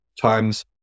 times